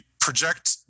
project